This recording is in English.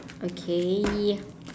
okay